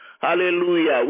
Hallelujah